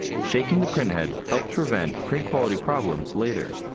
shaking the printhead helps prevent print quality problems later.